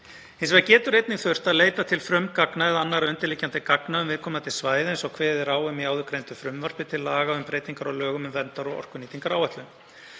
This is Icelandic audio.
Hins vegar getur einnig þurft að leita til frumgagna eða annarra undirliggjandi gagna um viðkomandi svæði eins og kveðið er á um í áðurgreindu frumvarpi til laga um breytingar á lögum um verndar- og orkunýtingaráætlun.